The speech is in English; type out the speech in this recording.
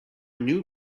new